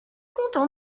content